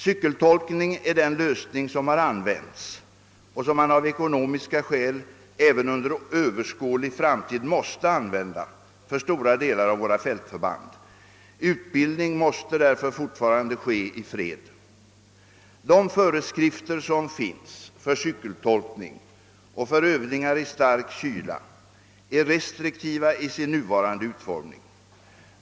Cykeltolkning är den lösning som har använts och som .man av ekonomiska skäl även under överskådlig framtid måste använda för stora delar av våra fältförband. Utbildning måste därför fortfarande ske i fred. De föreskrifter som finns för cykeltolkning och för övningar i stark kyla är restriktiva i sin nuvarande utformning.